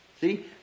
See